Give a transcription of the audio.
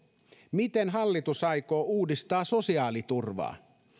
miten hallitus aikoo uudistaa sosiaaliturvaa